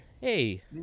Hey